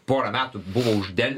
porą metų buvo uždel